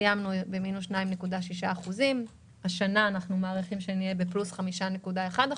כאשר סיימנו במינוס 2.6%. השנה אנחנו מעריכים שנהיה בפלוס 5.1%,